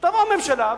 תבוא הממשלה,